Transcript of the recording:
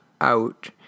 out